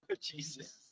jesus